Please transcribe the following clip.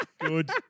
Good